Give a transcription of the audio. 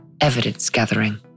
evidence-gathering